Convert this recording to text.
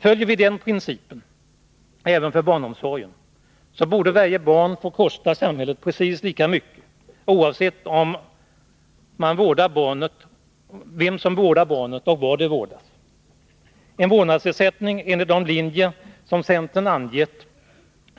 Följer vi den principen även för barnomsorgen, borde varje barn få kosta samhället precis lika mycket, oavsett vem som vårdar barnet och var det vårdas. En vårdnadsersättning enligt de linjer som centern angett